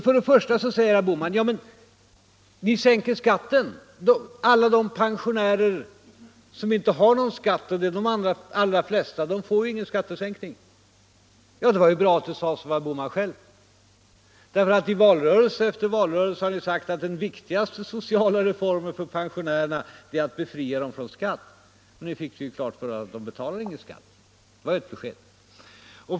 För det första, säger herr Bohman, är det ju så när vi sänker skatterna att de pensionärer som inte betalar någon skatt — och det är de allra flesta — inte får någon skattesänkning. Det var bra att det sades av herr Bohman själv, för i valrörelse efter valrörelse har han sagt att den viktigaste sociala reformen för pensionärerna är att befria dem från skatt. Nu fick vi ju klart för oss att de flesta pensionärer betalar ingen skatt.